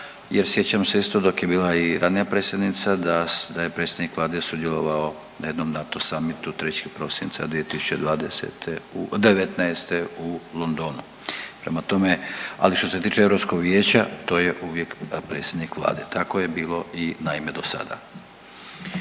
jer sjećam se isto dok je bila i ranija predsjednica, da je predsjednik Vlade sudjelovao na jednom NATO samitu 3. prosinca 2020., '19. u Londonu, prema tome, ali što se tiče Europskog vijeća, to je uvijek predsjednik Vlade, tako je bilo i naime do sada.